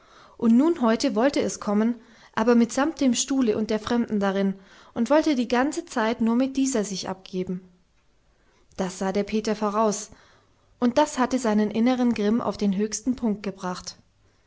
und nun heute wollte es kommen aber mitsamt dem stuhle und der fremden darin und wollte die ganze zeit nur mit dieser sich abgeben das sah der peter voraus und das hatte seinen inneren grimm auf den höchsten punkt gebracht